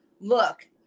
look